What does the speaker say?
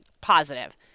positive